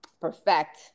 perfect